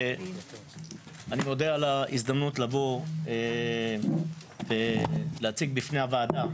אני מודה על הזדמנות לבוא ולהציג בפני הוועדה.